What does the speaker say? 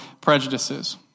prejudices